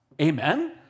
Amen